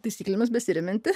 taisyklėmis besiremianti